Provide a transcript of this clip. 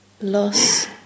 loss